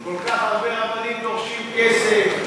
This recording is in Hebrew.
כל כך הרבה רבנים דורשים כסף,